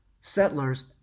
settlers